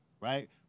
right